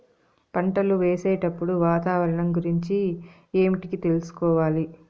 పంటలు వేసేటప్పుడు వాతావరణం గురించి ఏమిటికి తెలుసుకోవాలి?